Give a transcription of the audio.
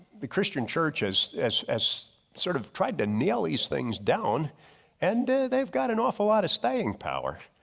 the christian church as as as sort of tried to nail these things down and they've got an awful lot of staying power.